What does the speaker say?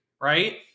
right